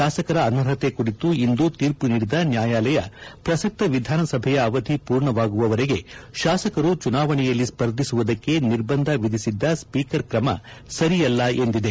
ಶಾಸಕರ ಅನರ್ಹತೆ ಕುರಿತು ಇಂದು ತೀರ್ಮ ನೀಡಿದ ನ್ನಾಯಾಲಯ ಪ್ರಸಕ್ತ ವಿಧಾನಸಭೆಯ ಅವಧಿ ಪೂರ್ಣವಾಗುವವರೆಗೆ ಶಾಸಕರು ಚುನಾವಣೆಯಲ್ಲಿ ಸ್ಪರ್ಧಿಸುವುದಕ್ಷೆ ನಿರ್ಬಂಧ ವಿಧಿಸಿದ ಸ್ವೀಕರ್ ಕ್ರಮ ಸರಿಯಲ್ಲ ಎಂದಿದೆ